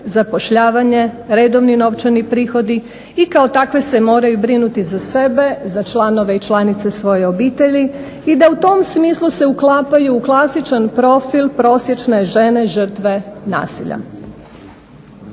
zapošljavanje, redovni novčani prihodi i kao takve se moraju brinuti za sebe, za članove i članice svoje obitelji i da u tom smislu se uklapaju u klasičan profil prosječne žene žrtve nasilja.